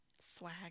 Swag